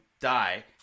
die